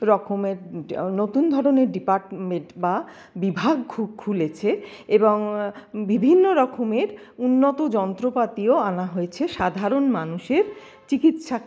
রকমের ড নতুন ধরনের ডিপার্টমেন্ট বা বিভাগ খু খুলেছে এবং বিভিন্ন রকমের উন্নত যন্ত্রপাতিও আনা হয়েছে সাধারণ মানুষের চিকিৎসা